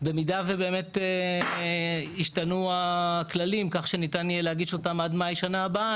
במידה ובאמת ישתנו הכללים כך שניתן יהיה להגיש אותם עד מאי שנה הבאה,